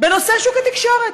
בנושא שוק התקשורת.